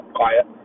quiet